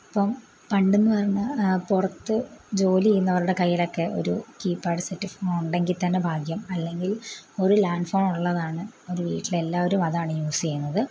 ഇപ്പം പണ്ടെന്ന് പറയുമ്പോൾ പുറത്ത് ജോലി ചെയ്യുന്നവരുടെ കയ്യിലക്കെ ഒരു കീ പാഡ് സെറ്റ് ഫോണുണ്ടെങ്കിൽ തന്നെ ഭാഗ്യം അല്ലെങ്കിൽ ഒരു ലാൻഡ് ഫോണൊള്ളതാണ് ഒരു വീട്ടിലെല്ലാവരും അതാണ് യൂസ് ചെയ്യുന്നത്